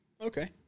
Okay